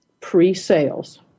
pre-sales